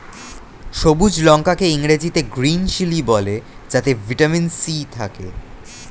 সবুজ লঙ্কা কে ইংরেজিতে গ্রীন চিলি বলে যাতে ভিটামিন সি থাকে